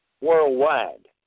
worldwide